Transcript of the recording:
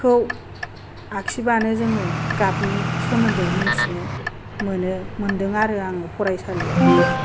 खौ आखिबानो जोङो गाबनि सोमोन्दै मोनथिनो मोनो मोन्दों आरो आङो फरायसालियाव